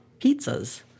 pizzas